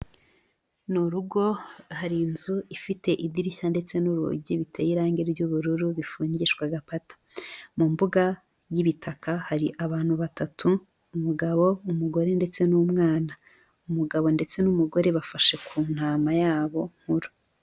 Ni urugo hari inzu ifite idirishya ndetse n'urugi biteye irangi ry'ubururu bifungishwa agapata, mu mbuga y'ibitaka hari abantu batatu umugabo umugore ndetse n'umwana, umugabo ndetse n'umugore bafashe ku ntama yabo nkuru.